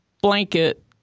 blanket